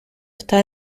está